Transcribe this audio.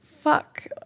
fuck